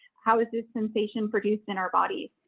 how has this sensation produced in our body?